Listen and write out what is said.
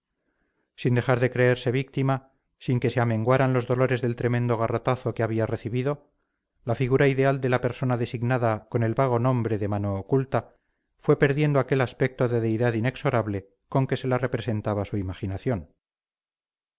sin dejar de creerse víctima sin que se amenguaran los dolores del tremendo garrotazo que había recibido la figura ideal de la persona designada con el vago nombre de mano oculta fue perdiendo aquel aspecto de deidad inexorable con que se la representaba su imaginación